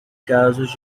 casos